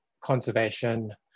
conservation